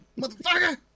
Motherfucker